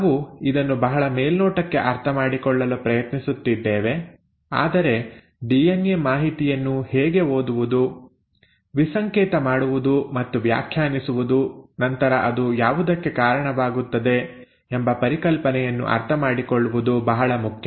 ನಾವು ಇದನ್ನು ಬಹಳ ಮೇಲ್ನೋಟಕ್ಕೆ ಅರ್ಥಮಾಡಿಕೊಳ್ಳಲು ಪ್ರಯತ್ನಿಸುತ್ತಿದ್ದೇವೆ ಆದರೆ ಡಿಎನ್ಎ ಮಾಹಿತಿಯನ್ನು ಹೇಗೆ ಓದುವುದು ವಿಸಂಕೇತ ಮಾಡುವುದು ಮತ್ತು ವ್ಯಾಖ್ಯಾನಿಸುವುದು ನಂತರ ಅದು ಯಾವುದಕ್ಕೆ ಕಾರಣವಾಗುತ್ತದೆ ಎಂಬ ಪರಿಕಲ್ಪನೆಯನ್ನು ಅರ್ಥಮಾಡಿಕೊಳ್ಳುವುದು ಬಹಳ ಮುಖ್ಯ